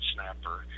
Snapper